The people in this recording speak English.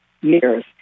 years